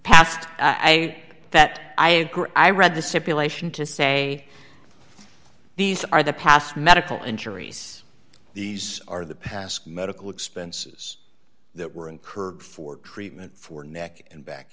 wrote that i had i read the separation to say these are the past medical injuries these are the past medical expenses that were incurred for treatment for neck and back